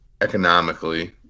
economically